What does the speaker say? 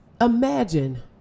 Imagine